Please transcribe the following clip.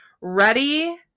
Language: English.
Ready